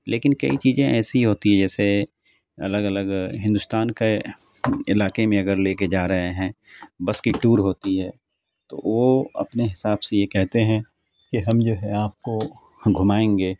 لیکن کئی چیزیں ایسی ہوتی ہیں جیسے الگ الگ ہندوستان کے علاقے میں اگر لے کے جا رہے ہیں بس کی ٹور ہوتی ہے تو وہ اپنے حساب سے یہ کہتے ہیں کہ ہم جو ہے آپ کو گھمائیں گے